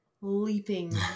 leaping